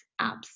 apps